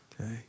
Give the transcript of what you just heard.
okay